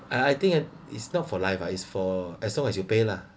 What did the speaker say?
uh I think it is not for life uh is for as long as you pay lah